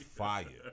fire